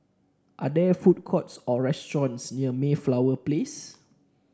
are there food courts or restaurants near Mayflower Place